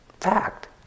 fact